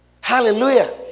Hallelujah